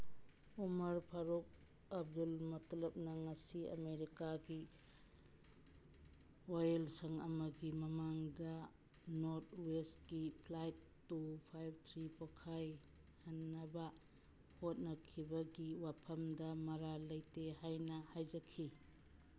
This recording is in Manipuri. ꯎꯃꯔ ꯐꯔꯨꯛ ꯑꯕꯗꯨꯜꯃꯇꯂꯞꯅ ꯉꯁꯤ ꯑꯃꯦꯔꯤꯀꯥꯒꯤ ꯋꯥꯌꯦꯜꯁꯪ ꯑꯃꯒꯤ ꯃꯃꯥꯡꯗ ꯅꯣꯔꯠ ꯋꯦꯁꯀꯤ ꯐ꯭ꯂꯥꯏꯠ ꯇꯨ ꯐꯥꯏꯚ ꯊ꯭ꯔꯤ ꯄꯣꯈꯥꯏꯍꯟꯅꯕ ꯍꯣꯠꯅꯈꯤꯕꯒꯤ ꯋꯥꯐꯝꯗ ꯃꯔꯥꯜ ꯂꯩꯇꯦ ꯍꯥꯏꯅ ꯍꯥꯏꯖꯈꯤ